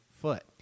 foot